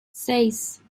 seis